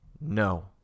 No